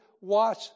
watch